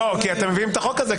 אתם מביאים את החוק הזה,